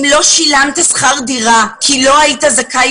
אם לא שילמת שכר דירה כי לא היית זכאי